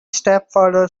stepfather